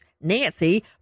nancy